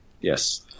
Yes